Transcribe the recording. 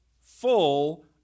full